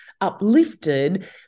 uplifted